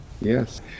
Yes